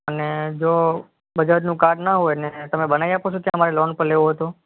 અને જો બજાજનું કાર્ડ ના હોય ને તમે બનાવી આપો છો જો અમારે લોન પર લેવું હોય તો